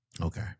Okay